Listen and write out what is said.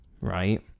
right